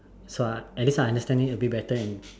so I at least I understand it a bit better than